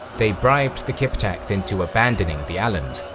they bribed the kipchaks into abandoning the alans,